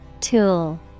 Tool